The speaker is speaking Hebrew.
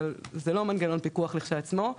אבל זה לא מנגנון פיקוח לכשעצמו.